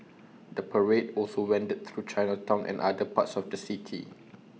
the parade also wended through Chinatown and other parts of the city